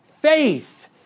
faith